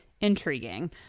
intriguing